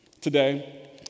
today